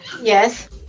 Yes